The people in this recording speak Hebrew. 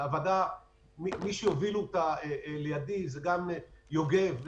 מי שיוביל אותה לידי זה יוגב,